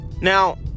Now